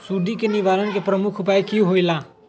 सुडी के निवारण के प्रमुख उपाय कि होइला?